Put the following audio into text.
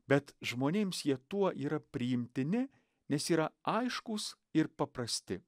bet žmonėms jie tuo yra priimtini nes yra aiškūs ir paprasti